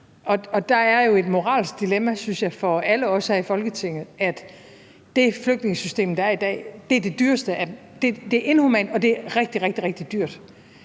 Der er jo et moralsk dilemma, synes jeg, for alle os her i Folketinget, for det flygtningesystem, der er i dag, er det dyreste af dem, altså det er rigtig, rigtig dyrt,